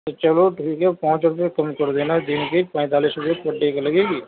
چلو ٹھیک ہے پانچ روپے کم کر دینا دن کے پینتالیس روپے پر ڈے کی لگے گی